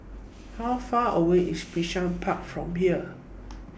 How Far away IS Bishan Park from here